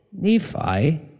Nephi